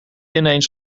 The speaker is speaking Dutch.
ineens